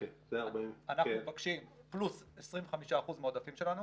אנחנו מבקשים פלוס 25% מהעודפים שלנו,